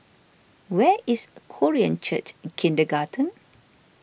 where is Korean Church Kindergarten